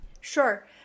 Sure